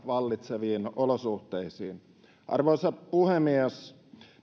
vallitseviin olosuhteisiin arvoisa puhemies